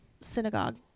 synagogue